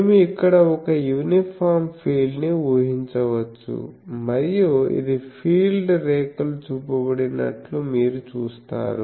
మేము ఇక్కడ ఒక యూనిఫామ్ ఫీల్డ్ ని ఊహించవచ్చు మరియు ఇది ఫీల్డ్ రేఖలు చూపబడినట్లు మీరు చూస్తారు